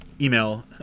email